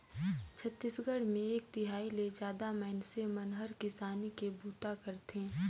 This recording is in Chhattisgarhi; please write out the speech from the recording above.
छत्तीसगढ़ मे एक तिहाई ले जादा मइनसे मन हर किसानी के बूता करथे